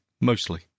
Mostly